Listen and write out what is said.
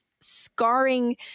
scarring